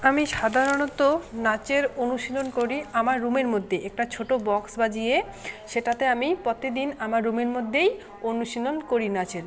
আমি সাধারণত নাচের অনুশীলন করি আমার রুমের মধ্যে একটা ছোট বক্স বাজিয়ে সেটাতে আমি প্রতিদিন আমার রুমের মধ্যেই অনুশীলন করি নাচের